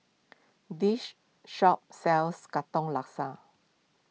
this shop sells Katong Laksa